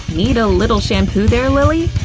need a little shampoo, there, lily?